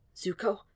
Zuko